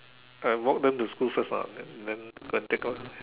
I walk them to school first lah and then then go and take out